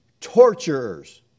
torturers